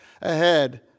ahead